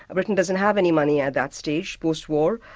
ah britain doesn't have any money at that stage, post-war,